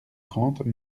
trente